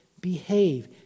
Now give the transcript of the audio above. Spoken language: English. behave